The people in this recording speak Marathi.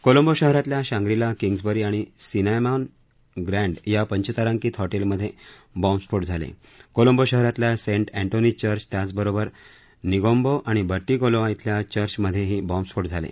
कोलंबो शहरातल्या शांग्रिला किंग्जबरी आणि सिनॅमोन ग्रँड या पंचताराकित हॉटेलमधे बॉम्बस्फोट झाले कोलंबो शहरातल्या सेंट अँटोनीज चर्च त्याबरोबर निगोम्बो आणि बट्टीकोलआ इथल्या चर्च मधेही बॉम्बस्फोट झाले